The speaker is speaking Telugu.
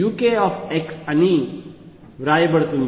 eikxuk అని వ్రాయబడుతుంది